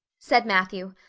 said matthew,